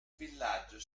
villaggio